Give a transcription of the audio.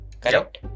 Correct